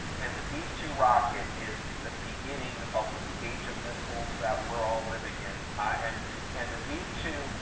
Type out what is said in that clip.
and the v two rocket is the beginning of the age of missiles that we're all living in. and and the v two,